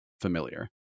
familiar